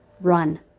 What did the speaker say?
run